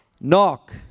knock